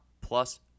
plus